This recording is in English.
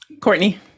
Courtney